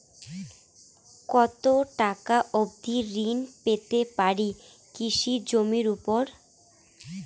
কত টাকা অবধি ঋণ পেতে পারি কৃষি জমির উপর?